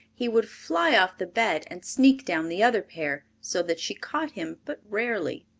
he would fly off the bed and sneak down the other pair, so that she caught him but rarely.